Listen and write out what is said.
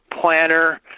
planner